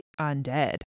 undead